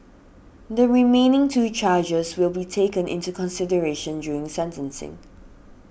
the remaining two charges will be taken into consideration during sentencing